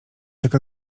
jaka